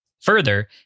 Further